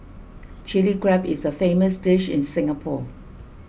Chilli Crab is a famous dish in Singapore